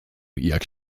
jak